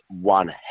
one